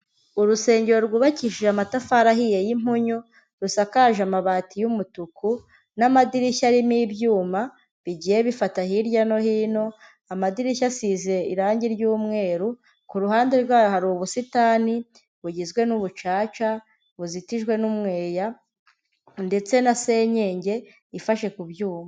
Urusengero rwubakishije amatafari ahiye y'impunyu, rusakaje amabati y'umutuku, n'amadirishya arimo ibyuma bigiye bifata hirya no hino, amadirishya asize irangi ry'umweru, ku ruhande rwayo hari ubusitani bugizwe n'ubucaca buzitijwe n'umweya ndetse na senyenge ifashe ku byuma.